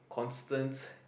constant